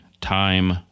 time